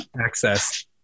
access